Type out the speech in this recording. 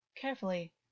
Carefully